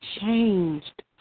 changed